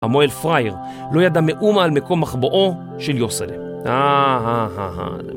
המואל פרייר, לא ידע מאומה על מקום החבואו של יוסלם.